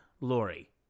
Lori